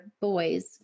boys